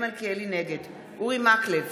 נגד אורי מקלב,